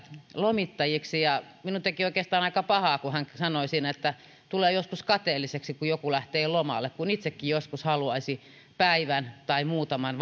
lomittajiksi minun teki oikeastaan aika pahaa kun hän sanoi siinä että tulee joskus kateelliseksi kun joku lähtee lomalle kun itsekin joskus haluaisi päivän tai muutaman